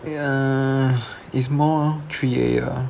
ya is more three a ah